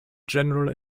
general